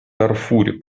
дарфуре